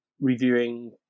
reviewing